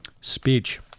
speech